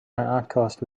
outcast